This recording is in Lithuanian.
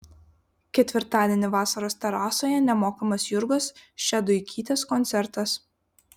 ketvirtadienį vasaros terasoje nemokamas jurgos šeduikytės koncertas